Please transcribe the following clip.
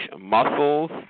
muscles